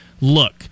look